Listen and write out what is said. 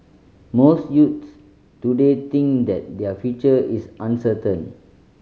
most youths today think that their future is uncertain